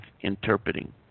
interpreting